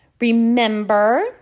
Remember